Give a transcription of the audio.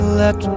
let